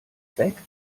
zweck